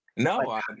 No